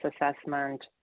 assessment